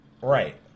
Right